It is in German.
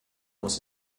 muss